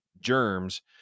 Germs